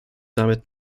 damit